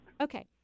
Okay